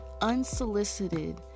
unsolicited